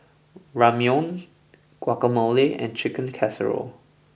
Ramyeon Guacamole and Chicken Casserole